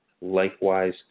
Likewise